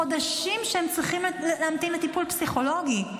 וחודשים הם צריכים להמתין לטיפול פסיכולוגי.